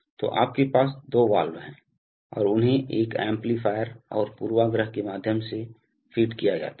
तो आपके पास दो वाल्व हैं और उन्हें एक एम्पलीफायर और पूर्वाग्रह के माध्यम से फेड किया जाता है